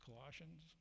Colossians